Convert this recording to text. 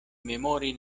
memori